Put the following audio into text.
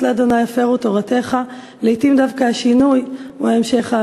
לה' הפרו תורתך" לעתים דווקא השינוי הוא ההמשך האמיתי.